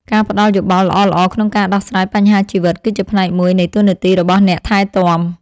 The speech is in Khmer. ការផ្តល់យោបល់ល្អៗក្នុងការដោះស្រាយបញ្ហាជីវិត គឺជាផ្នែកមួយនៃតួនាទីរបស់អ្នកថែទាំ។